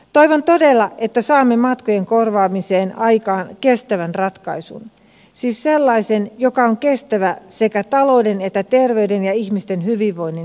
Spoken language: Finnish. toivon todella että saamme matkojen korvaamiseen aikaan kestävän ratkaisun siis sellaisen joka on kestävä sekä talouden että terveyden ja ihmisten hyvinvoinnin näkökulmasta